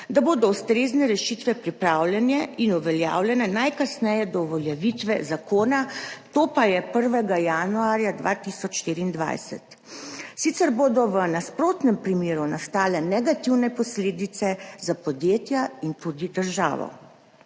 da bodo ustrezne rešitve pripravljene in uveljavljene najkasneje do uveljavitve zakona, to pa je 1. januarja 2024, sicer bodo v nasprotnem primeru nastale negativne posledice za podjetja in tudi državo.